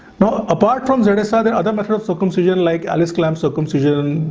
now, apart from various other other method of circumcision, like al-islam's circumcision,